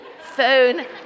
phone